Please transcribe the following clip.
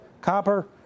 copper